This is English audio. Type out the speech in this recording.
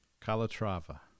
Calatrava